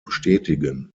bestätigen